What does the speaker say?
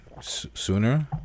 sooner